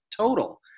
total